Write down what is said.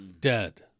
Dead